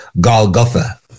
Golgotha